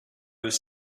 was